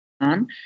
on